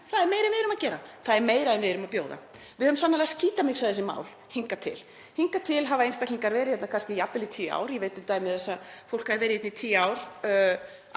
það er meira en við erum að gera. Það er meira en við erum að bjóða. Við höfum sannarlega skítamixað þessi mál hingað til. Hingað til hafa einstaklingar verið hérna jafnvel í tíu ár. Ég veit um dæmi þess að fólk hafi verið hér í tíu ár